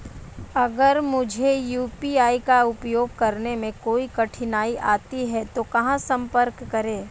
अगर मुझे यू.पी.आई का उपयोग करने में कोई कठिनाई आती है तो कहां संपर्क करें?